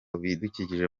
ibidukikije